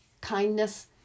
kindness